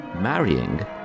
marrying